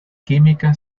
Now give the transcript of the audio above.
química